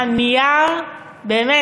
באמת,